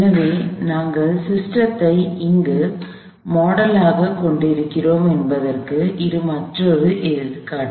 எனவே நாங்கள் சிஸ்டத்தை எங்கு மாடலாகக் கொண்டிருக்கிறோம் என்பதற்கு இது மற்றொரு எடுத்துக்காட்டு